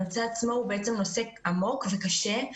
הנושא עצמו הוא בעצם נושא עמוק וקשה,